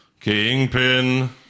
Kingpin